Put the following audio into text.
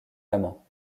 amant